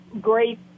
great